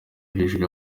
hejuru